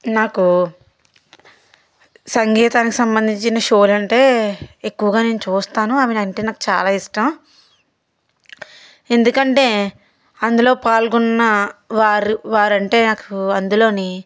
నాకు సంగీతానికి సంబంధించిన షోలు అంటే ఎక్కువగా నేను చూస్తాను అవి అంటే నాకు చాలా ఇష్టం ఎందుకంటే అందులో పాల్గొన్న వారు వారంటే నాకు అందులోని